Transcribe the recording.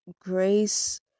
grace